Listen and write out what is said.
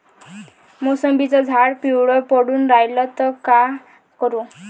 मोसंबीचं झाड पिवळं पडून रायलं त का करू?